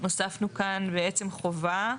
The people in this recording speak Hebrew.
הוספנו חובה.